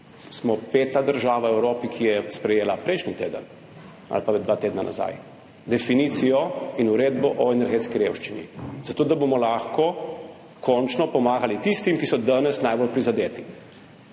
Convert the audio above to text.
smo peta država v Evropi, ki je sprejela prejšnji teden ali pa dva tedna nazaj, definicijo in uredbo o energetski revščini, da bomo lahko končno pomagali tistim, ki so danes najbolj prizadeti.